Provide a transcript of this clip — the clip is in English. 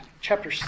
chapter